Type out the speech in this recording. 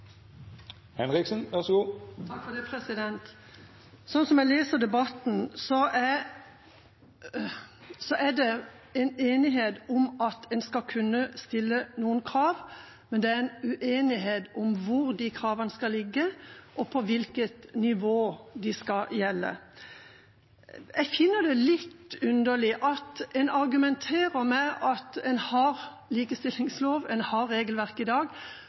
det enighet om at en skal kunne stille noen krav, men det er uenighet om hvor kravene skal ligge, og på hvilket nivå de skal gjelde. Jeg finner det litt underlig at en argumenterer med at en har en likestillingslov, at en har regelverk i dag,